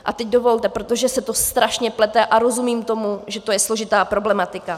A teď dovolte, protože se to strašně plete a rozumím tomu, že to je složitá problematika.